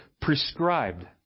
prescribed